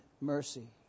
mercy